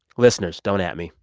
listeners, don't at me.